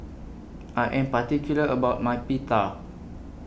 I Am particular about My Pita